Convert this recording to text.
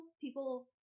people